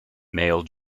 male